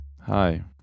hi